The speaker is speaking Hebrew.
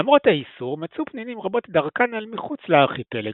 למרות האיסור מצאו פנינים רבות את דרכן אל מחוץ לארכיפלג,